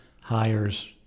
hires